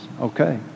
Okay